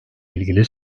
ilgili